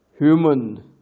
Human